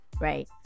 right